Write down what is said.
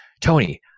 Tony